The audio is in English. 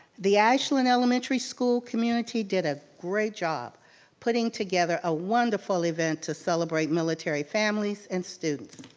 the ashland elementary school community did a great job putting together a wonderful event to celebrate military families and students.